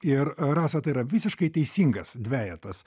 ir rasa tai yra visiškai teisingas dvejetas